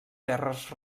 terres